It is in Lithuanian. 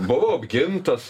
buvau apgintas